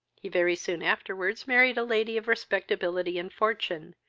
he very soon afterwards married a lady of respectability and fortune,